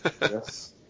yes